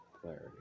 clarity